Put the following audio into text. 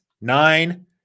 nine